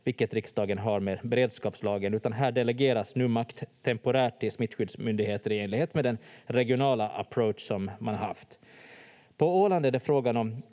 vilket riksdagen har med beredskapslagen, utan här delegeras nu makt temporärt till smittskyddsmyndigheter i enlighet med den regionala approach som man haft. På Åland är det frågan om